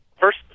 First